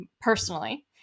personally